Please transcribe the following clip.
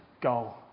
goal